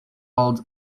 hold